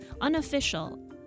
unofficial